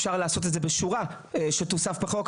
אפשר לעשות את זה בשורה שתוסף בחוק,